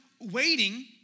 waiting